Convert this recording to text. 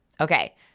Okay